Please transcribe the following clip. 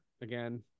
again